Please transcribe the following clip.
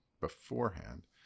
beforehand